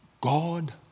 God